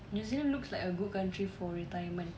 new zealand looks like a good country for retirement